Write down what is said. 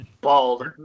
Bald